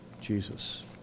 Jesus